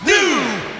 New